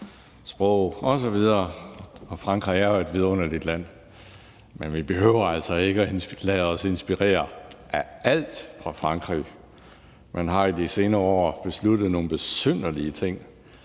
sprog osv. – og Frankrig er jo et vidunderligt land, men vi behøver altså ikke at lade os inspirere af alt fra Frankrig. Man har de senere år besluttet nogle besynderlige ting,